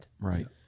Right